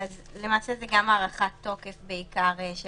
למעשה זה גם הארכת תוקף בעיקר של